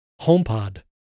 homepod